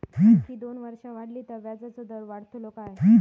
आणखी दोन वर्षा वाढली तर व्याजाचो दर वाढतलो काय?